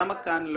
למה כאן לא?